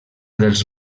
dels